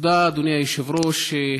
אדוני היושב-ראש.